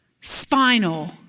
spinal